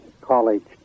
college